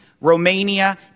romania